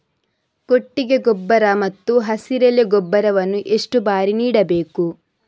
ಕೊಟ್ಟಿಗೆ ಗೊಬ್ಬರ ಮತ್ತು ಹಸಿರೆಲೆ ಗೊಬ್ಬರವನ್ನು ಎಷ್ಟು ಬಾರಿ ನೀಡಬೇಕು?